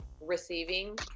receiving